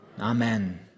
Amen